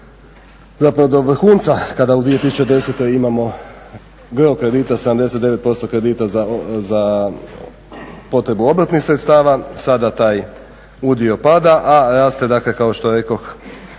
2010., zapravo do vrhunca kada u 2010. imamo gro kredita, 79% kredita za potrebu obrtnih sredstava. Sada taj udio pada, a raste dakle kao što rekoh